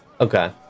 Okay